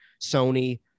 Sony